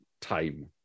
time